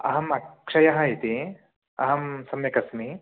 अहम् अक्षयः इति अहं सम्यगस्मि